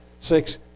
six